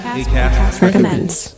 Recommends